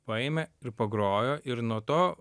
paėmė ir pagrojo ir nuo to